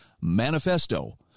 manifesto